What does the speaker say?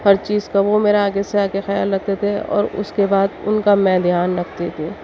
ہر چیز کا وہ میرا آگے سے آ کے خیال رکھتے تھے اور اس کے بعد ان کا میں دھیان رکھتی تھی